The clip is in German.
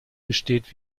besteht